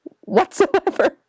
whatsoever